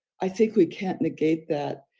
i think we can't negate that.